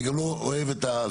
אני גם לא אוהב את זה,